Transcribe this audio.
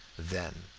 then,